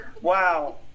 wow